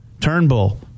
Turnbull